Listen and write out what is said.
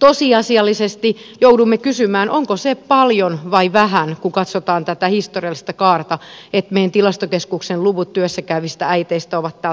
tosiasiallisesti joudumme kysymään onko se paljon vai vähän kun katsotaan tätä historiallista kaarta että meidän tilastokeskuksen luvut työssä käyvistä äideistä ovat tällä tasolla